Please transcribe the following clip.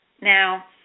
Now